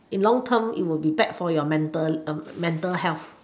in long term it would bad for your mental mental health